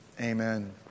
Amen